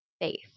Faith